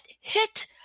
hit